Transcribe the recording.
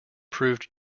proved